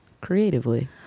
creatively